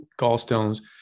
gallstones